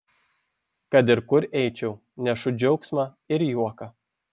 kad ir kur eičiau nešu džiaugsmą ir juoką